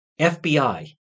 FBI